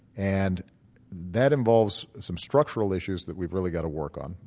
and that involves some structural issues that we've really got to work on.